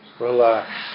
relax